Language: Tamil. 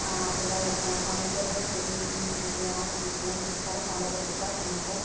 அப்படிதான் இருப்போம் சமைக்கிறதும் சரி நீ சமைக்கிறியா நான் சமைக்கிறியான்னு எப்போது பார்த்தாலும் சண்டை போட்டுகிட்டு தான் சமைப்போம்